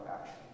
action